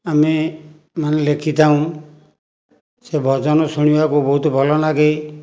ଆମେମାନେ ଲେଖିଥାଉ ସେ ଭଜନ ଶୁଣିବାକୁ ବହୁତ ଭଲ ଲାଗେ